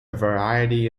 variety